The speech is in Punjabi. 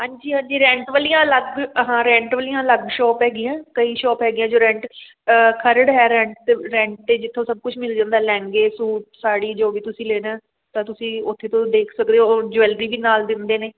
ਹਾਂਜੀ ਹਾਂਜੀ ਰੈਂਟ ਵਾਲੀਆਂ ਅਲੱਗ ਹਾਂ ਰੈਂਟ ਵਾਲੀਆਂ ਅਲੱਗ ਸ਼ੋਪ ਹੈਗੀਆਂ ਕਈ ਸ਼ੋਪ ਹੈਗੀਆਂ ਜੋ ਰੈਂਟ ਖਰੜ ਹੈ ਰੈਂਟ ਰੈਂਟ 'ਤੇ ਜਿੱਥੋਂ ਸਭ ਕੁਛ ਮਿਲ ਜਾਂਦਾ ਲਹਿੰਗੇ ਸੂਟ ਸਾੜੀ ਜੋ ਵੀ ਤੁਸੀਂ ਲੈਣਾ ਤਾਂ ਤੁਸੀਂ ਉੱਥੇ ਤੋਂ ਦੇਖ ਸਕਦੇ ਹੋ ਔਰ ਜਵੈਲਰੀ ਵੀ ਨਾਲ ਦਿੰਦੇ ਨੇ